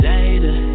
Later